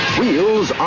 Wheels